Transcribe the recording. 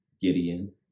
gideon